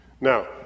Now